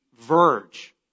verge